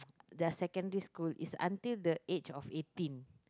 their secondary school is until the age of eighteen